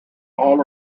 all